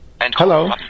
hello